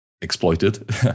exploited